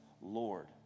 lord